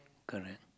correct